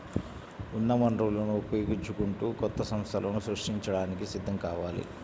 ఉన్న వనరులను ఉపయోగించుకుంటూ కొత్త సంస్థలను సృష్టించడానికి సిద్ధం కావాలి